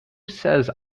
says